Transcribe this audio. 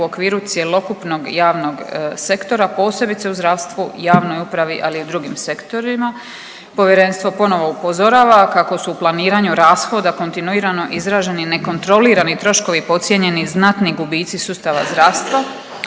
u okviru cjelokupnog javnog sektora, posebice u zdravstvu, javnoj upravi, ali i u drugim sektorima. Povjerenstvo ponovno upozorava kako su u planiranju rashoda kontinuirano izraženi nekontrolirani troškovi podcijenjeni znatni gubici sustava zdravstva